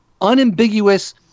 unambiguous